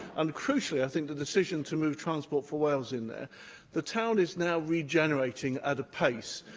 and crucially, i think, the decision to move transport for wales in there the town is now regenerating at a pace,